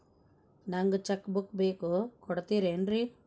ನಂಗ cheque book ಬೇಕು ಕೊಡ್ತಿರೇನ್ರಿ?